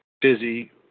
busy